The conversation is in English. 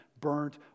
burnt